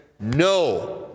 no